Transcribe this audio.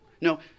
No